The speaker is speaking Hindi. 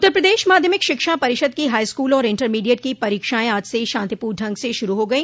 उत्तर प्रदेश माध्यमिक शिक्षा परिषद की हाईस्कूल और इंटरमीडिएट की परीक्षाएं आज से शांतिपूर्ण ढंग से शुरू हो गई